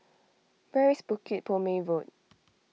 where is Bukit Purmei Road